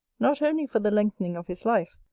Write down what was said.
not only for the lengthening of his life,